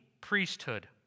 priesthood